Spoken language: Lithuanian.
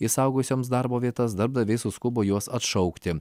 išsaugojusioms darbo vietas darbdaviai suskubo juos atšaukti